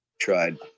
tried